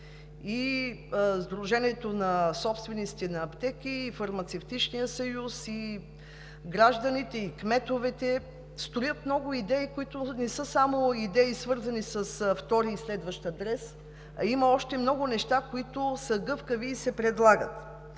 И Сдружението на собствениците на аптеки, и Фармацевтичният съюз, и гражданите, и кметовете имат много идеи, които не са само идеи, свързани с втори и следващ адрес, а има много неща, които са гъвкави и се предлагат.